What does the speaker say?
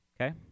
Okay